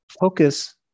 focus